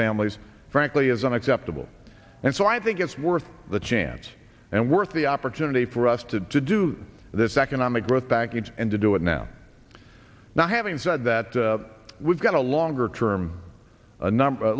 families frankly is unacceptable and so i think it's worth the chance and worth the opportunity for us to to do this economic growth package and to do it now now having said that we've got a longer term a number